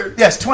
yes,